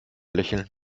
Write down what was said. lächeln